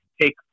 take